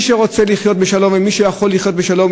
מי שרוצה לחיות בשלום ומי שיכול לחיות בשלום,